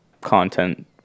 content